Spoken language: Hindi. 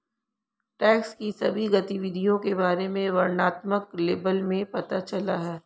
टैक्स की सभी गतिविधियों के बारे में वर्णनात्मक लेबल में पता चला है